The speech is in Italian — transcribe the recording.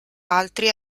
altri